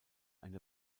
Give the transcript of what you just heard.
eine